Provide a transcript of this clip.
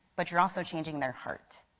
but you are also changing their heart.